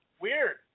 weird